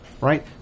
Right